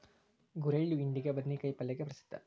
ಗುರೆಳ್ಳು ಹಿಂಡಿಗೆ, ಬದ್ನಿಕಾಯ ಪಲ್ಲೆಗೆ ಪ್ರಸಿದ್ಧ